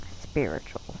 spiritual